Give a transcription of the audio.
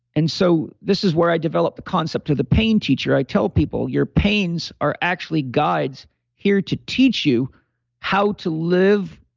and so this is where i developed the concept of the pain teacher. i tell people, your pains are actually guides here to teach you how to live,